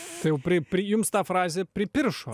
tai jau pri pri jums tą frazę pripiršo